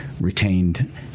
retained